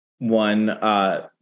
One